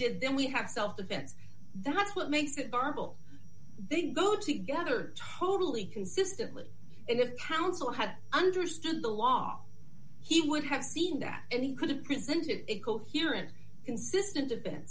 did then we have self defense that's what makes it bearable they go together totally consistently and if counsel had understood the law he would have seen that and he could have prevented it coherent consistent events